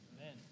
Amen